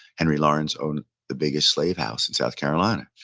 henry lawrence owned the biggest slave house in south carolina.